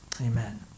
Amen